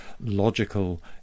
logical